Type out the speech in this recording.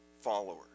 followers